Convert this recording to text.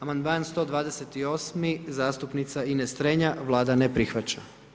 Amandman 128., zastupnica Ines Strenja, Vlada ne prihvaća.